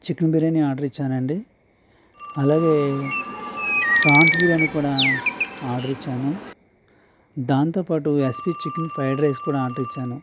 chicken biryani order ఇచ్చాను అండి అలాగే ఫ్రాన్స్ బిరియాని కూడా ఆర్డర్ ఇచ్చాను దాంతో పాటు ఎస్పి చికెన్ ఫ్రైడ్ రైస్ కూడా ఆర్డర్ ఇచ్చాను